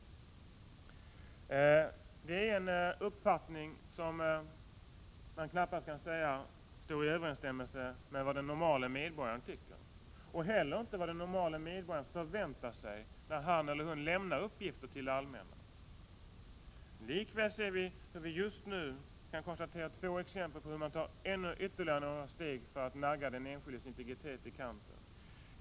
Det är en uppfattning som man knappast kan säga står i överensstämmelse med vad den normale medborgaren tycker. Den stämmer inte heller med vad den normale medborgaren förväntar sig, när han eller hon lämnar uppgifter till det allmänna. Likväl kan vi just nu se två exempel på hur man tar ytterligare några steg för att nagga den enskildes integritet i kanten.